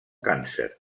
càncer